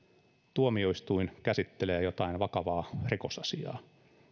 tuomioistuin käsittelee jotain vakavaa rikos asiaa